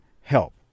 help